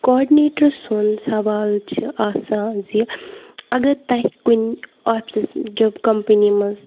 کاڈنیٹرٕ سُنٛد سوال چھِ آسان زِ اگر تۄہہِ کُنہِ آفِسَس جب کَمپٔنی منٛز